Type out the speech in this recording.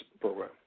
program